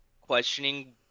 questioning